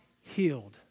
healed